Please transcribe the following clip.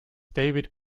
david